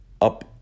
up